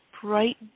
bright